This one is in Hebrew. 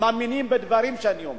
שמאמינים בדברים שאני אומר